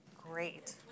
Great